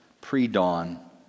pre-dawn